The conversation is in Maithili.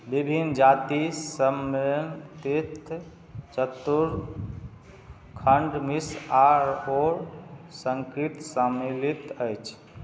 विभिन्न जाति सबमे खण्ड मिश्र आओर सम्मिलित अछि